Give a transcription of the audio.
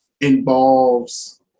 involves